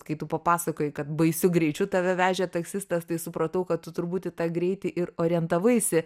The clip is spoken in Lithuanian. kai tu papasakojai kad baisiu greičiu tave vežė taksistas tai supratau kad tu turbūt į tą greitį ir orientavaisi